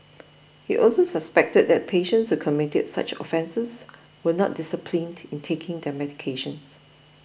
he also suspected that patients who committed such offences were not disciplined in taking their medications